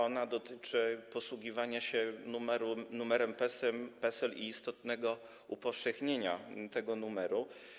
Ona dotyczy posługiwania się numerem PESEL i istotnego upowszechnienia tego numeru.